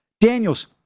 Daniels